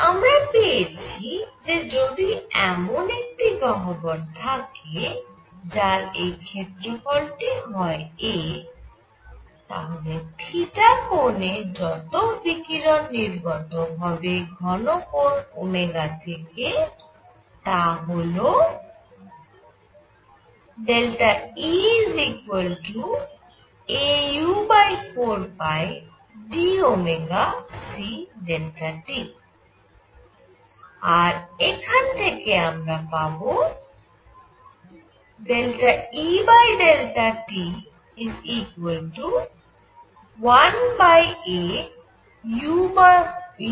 আমরা পেয়েছি যে যদি এমন একটি গহ্বর থাকে আর এই ক্ষেত্রফলটি হয় a তাহলে কোণে যত বিকিরণ নির্গত হবে ঘন কোণ থেকে তা হল Eau4πdct আর এখানে থেকে আমরা পাবো Et1au4πcd